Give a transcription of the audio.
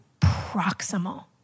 proximal